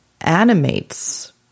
animates